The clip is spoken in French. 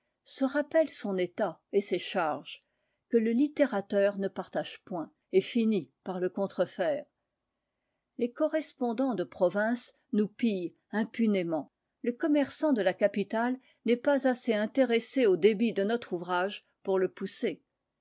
se rappelle son état et ses charges que le littérateur ne partage point et finit par le contrefaire les correspondants de province nous pillent impunément le commerçant de la capitale n'est pas assez intéressé au débit de notre ouvrage pour le pousser